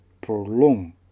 prolong